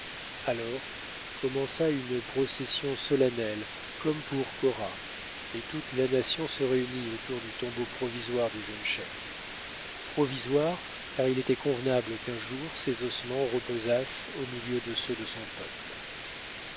alors commença une procession solennelle comme pour cora et toute la nation se réunit autour du tombeau provisoire du jeune chef provisoire car il était convenable qu'un jour ses ossements reposassent au milieu de ceux de son peuple